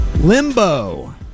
Limbo